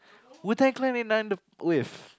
Wu-Tang-Clan in the with